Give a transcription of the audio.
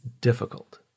difficult